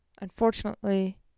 unfortunately